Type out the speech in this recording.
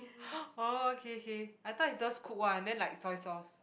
oh K K I thought it's those cooked one then like soy sauce